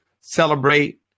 celebrate